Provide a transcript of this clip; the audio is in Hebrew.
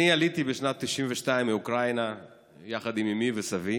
אני עליתי בשנת 1992 מאוקראינה יחד עם אימי וסבי